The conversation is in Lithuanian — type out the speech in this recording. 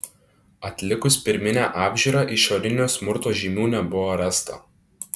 atlikus pirminę apžiūrą išorinių smurto žymių nebuvo rasta